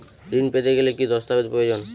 ঋণ পেতে গেলে কি কি দস্তাবেজ প্রয়োজন?